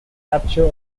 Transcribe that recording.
capture